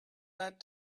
that